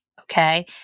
okay